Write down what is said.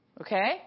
Okay